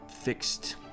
fixed